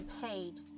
paid